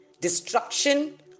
destruction